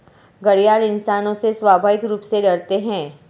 घड़ियाल इंसानों से स्वाभाविक रूप से डरते है